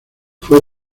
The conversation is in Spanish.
fue